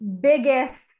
biggest